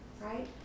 right